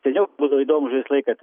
seniau būdavo įdomūs žaislai kad